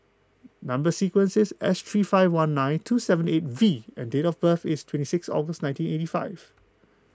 Number Sequence is S three five one nine two seven eight V and date of birth is twenty six August nineteen eighty five